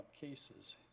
cases